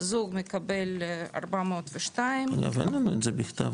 זוג מקבל 402. אבל אין לנו את זה בכתב.